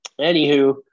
anywho